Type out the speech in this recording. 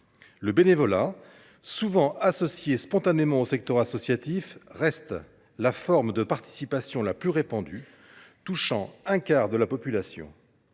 Le bénévolat, souvent associé spontanément au secteur associatif, reste la forme de participation la plus répandue, touchant un quart de la population.